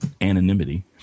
anonymity